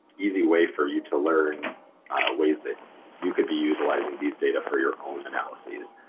easy way for you to learn ways that you could be utilizing these data for your own analyses.